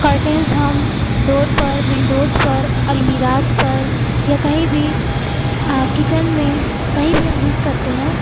curtains ہم door پر windows پر المیراز پر یا کہیں بھی کچن میں کہیں بھی ہم یوز کرتے ہیں